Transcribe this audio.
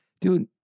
Dude